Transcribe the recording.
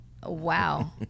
Wow